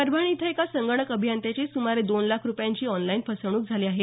परभणी इथं एका संगणक अभियंत्यांची सुमारे दोन लाख रुपयांची ऑनलाईन फसवणूक झाली आहे